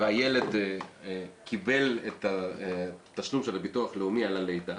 הילד קיבל את התשלום של הביטוח הלאומי על הלידה,